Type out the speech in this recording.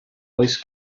oes